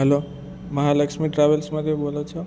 hello Mahalakshmi ટ્રાવેલ્સમાંથી બોલો છો